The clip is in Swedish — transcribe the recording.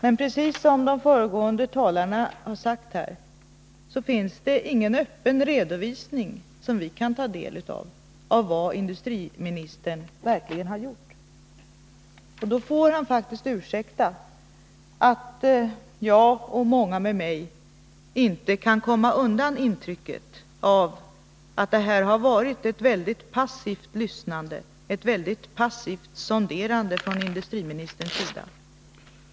Men precis som de föregående talarna har sagt finns det ingen öppen redovisning av vad 135 industriministern verkligen gjort och som vi kan ta del av. Och då får han faktiskt ursäkta att jag och många med mig inte kan komma undan intrycket att detta varit ett väldigt passivt lyssnande, ett väldigt passivt sonderande från industriministerns sida.